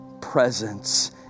presence